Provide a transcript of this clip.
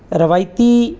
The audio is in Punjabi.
ਰਵਾਇਤੀ